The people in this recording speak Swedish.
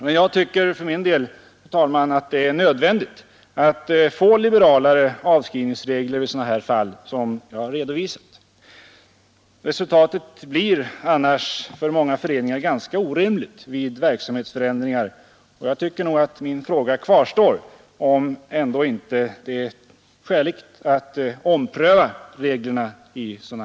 Jag delar inte den uppfattningen utan menar att det är nödvändigt att få en liberalisering till stånd i sådana fall som jag här har redovisat. Annars blir resultatet för många föreningar ganska orimligt vid en förändring av verksamheten. Jag tycker således att min fråga kvarstår: Är det inte skäligt att ompröva reglerna?